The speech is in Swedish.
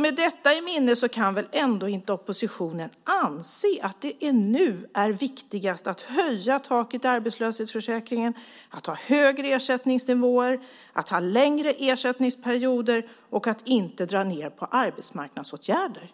Med detta i minne kan väl ändå inte oppositionen anse att det nu är viktigast att höja taket i arbetslöshetsförsäkringen, att ha högre ersättningsnivåer, att ha längre ersättningsperioder och att inte dra ned på arbetsmarknadsåtgärder.